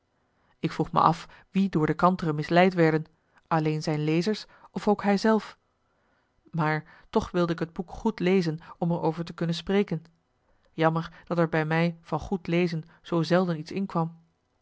ik vroeg me af wie door de kantere misleid werden alleen zijn lezers of ook hij zelf maar toch wilde ik het boek goed lezen om er over te kunnen spreken jammer dat er bij mij van goed lezen zoo zelden iets inkwam